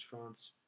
France